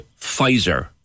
Pfizer